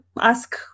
ask